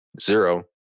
Zero